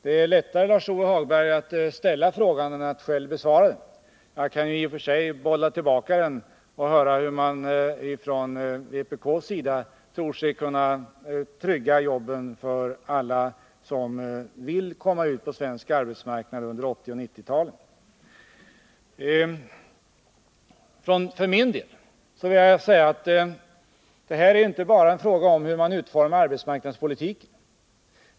Det är lättare, Lars-Ove Hagberg, att ställa frågan än att själv besvara den. Jag kan i och för sig bolla tillbaka den för att få höra hur man från vpk:s sida tror sig kunna trygga jobben för alla som vill komma ut på svensk arbetsmarknad under 1980 och 1990-talen. För min del vill jag säga att det inte bara är en fråga om hur man utformar arbetsmarknadspolitiken.